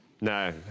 No